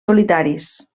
solitaris